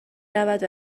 رود